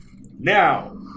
Now